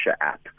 app